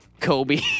Kobe